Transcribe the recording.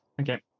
Okay